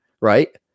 right